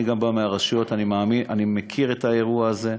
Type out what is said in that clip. אני גם בא מהרשויות ואני מכיר את האירוע הזה.